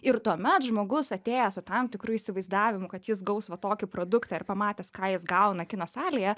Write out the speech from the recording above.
ir tuomet žmogus atėjęs su tam tikru įsivaizdavimu kad jis gaus va tokį produktą ir pamatęs ką jis gauna kino salėje